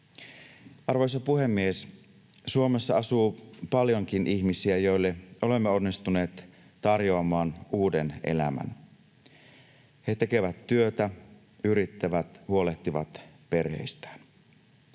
Arvoisa puhemies! Suomessa asuu paljonkin ihmisiä, joille olemme onnistuneet tarjoamaan uuden elämän. He tekevät työtä, yrittävät, huolehtivat perheistään.